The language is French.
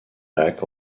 lacs